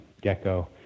gecko